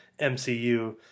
MCU